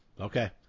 Okay